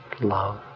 love